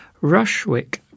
Rushwick